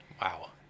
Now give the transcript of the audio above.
Wow